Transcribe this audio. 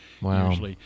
Wow